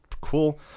Cool